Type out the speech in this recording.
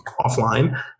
offline